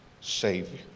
Savior